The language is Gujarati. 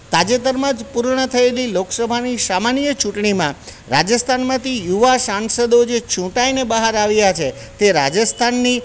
તાજેતરમાં જ પૂર્ણ થએલી લોકસભાની સામાન્ય ચૂંટણીમાં રાજસ્થાનમાંથી યુવા સાંસદો જે ચૂંટાઈને બહાર આવ્યા છે તે રાજસ્થાનની